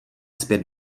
zpět